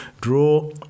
draw